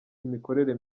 imikorere